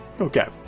Okay